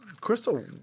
Crystal